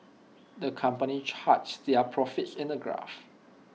the company charts their profits in A graph